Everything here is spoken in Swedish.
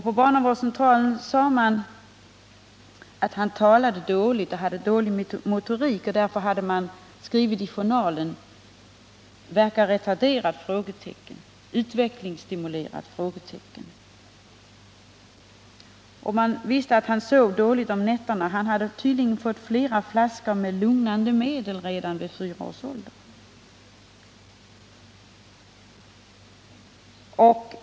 På barnavårdscentralen sade man att han talade dåligt och hade dålig motorik. Därför hade man i journalen skrivit ”verkar retarderad?” ”understimulerad?”. Man visste också att han sov dåligt om nätterna, och han hade tydligen redan vid fyra års ålder fått flaskor med lugnande medel.